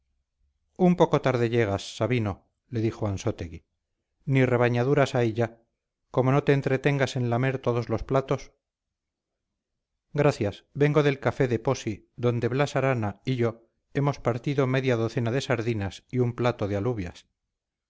un poco tarde llegas sabino le dijo ansótegui ni rebañaduras hay ya como no te entretengas en lamer todos los platos gracias vengo del café de posi donde blas arana y yo hemos partido media docena de sardinas y un plato de alubias